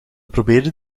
probeerde